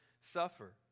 suffer